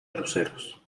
luceros